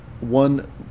one